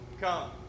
come